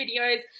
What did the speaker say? videos